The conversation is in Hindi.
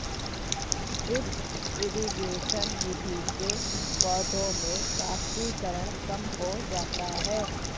ड्रिप इरिगेशन विधि से पौधों में वाष्पीकरण कम हो जाता है